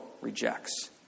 rejects